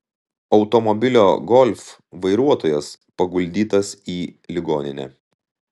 automobilio golf vairuotojas paguldytas į ligoninę